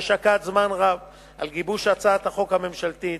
ששקד זמן רב על גיבוש הצעת החוק הממשלתית,